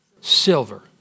silver